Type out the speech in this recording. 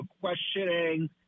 questioning